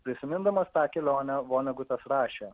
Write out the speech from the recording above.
prisimindamas tą kelionę vonegutas rašė